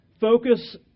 focus